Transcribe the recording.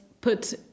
put